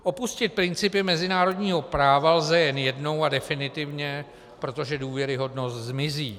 Opustit principy mezinárodního práva lze jen jednou a definitivně, protože důvěryhodnost zmizí.